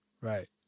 Right